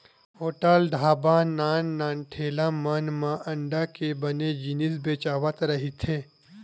hotel, dhaba, नान नान ठेला मन म अंडा के बने जिनिस बेचावत रहिथे